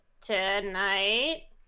tonight